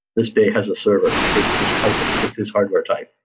this bay has a server. it's this type of it's this hardware type.